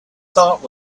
thought